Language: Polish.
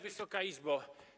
Wysoka Izbo!